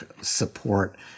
support